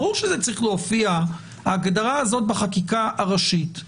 ברור שההגדרה הזאת צריכה להופיע בחקיקה הראשית.